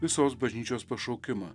visos bažnyčios pašaukimą